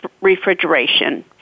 refrigeration